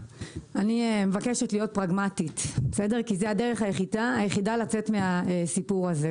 אני מבקשת להיות פרגמטית כי זו הדרך היחידה לצאת מן הסיפור הזה.